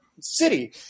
city